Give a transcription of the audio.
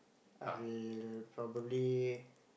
I will probably